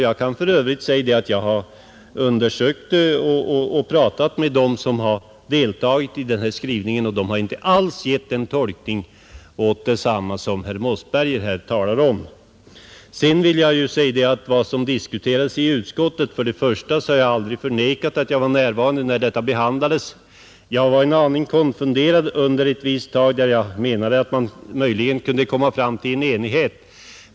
Jag kan för övrigt nämna att jag talat med dem som deltagit i arbetet med detta lagförslag, och de har inte alls avsett att lagen skall tolkas på det sätt som herr Mossberger gör gällande. När det gäller diskussionen i utskottet har jag aldrig förnekat att jag var närvarande när detta ärende behandlades. Jag var en aning konfunderad ett tag och ansåg att man kanske borde kunna uppnå enighet.